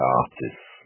artists